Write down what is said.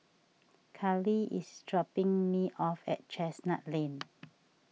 Carleigh is dropping me off at Chestnut Lane